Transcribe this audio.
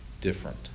different